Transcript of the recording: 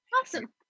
Awesome